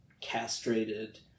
castrated